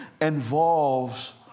involves